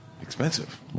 Expensive